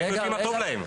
כי הם יודעים מה טוב להם.